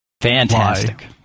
Fantastic